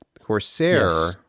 Corsair